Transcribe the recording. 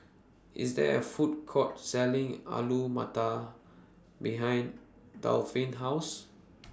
IS There A Food Court Selling Alu Matar behind Delphin's House